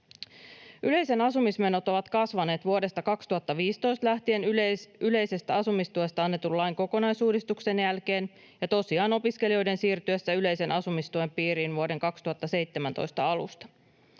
Yleiset asumismenot ovat kasvaneet vuodesta 2015 lähtien, yleisestä asumistuesta annetun lain kokonaisuudistuksen jälkeen, ja tosiaan opiskelijoiden siirtyessä yleisen asumistuen piiriin vuoden 2017 alusta.